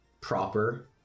proper